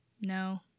No